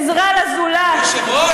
עזרה לזולת,